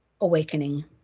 awakening